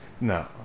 no